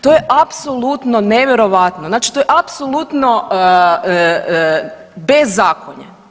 To je apsolutno nevjerojatno, znači to je apsolutno bezakonje.